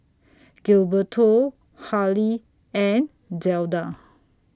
Gilberto Hali and Zelda